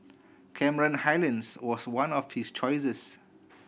Cameron Highlands was one of his choices